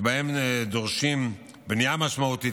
שבהם דורשים בנייה משמעותית,